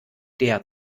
der